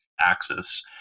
axis